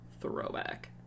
Throwback